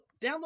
download